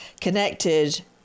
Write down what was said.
connected